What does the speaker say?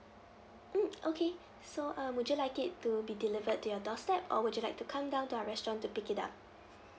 mm okay so um would you like it to be delivered to your doorstep or would you like to come down to our restaurant to pick it up